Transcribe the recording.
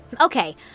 Okay